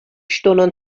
ŝtonon